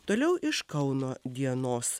toliau iš kauno dienos